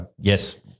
yes